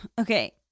Okay